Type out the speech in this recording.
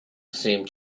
seemed